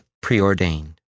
preordained